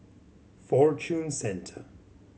Fortune Centre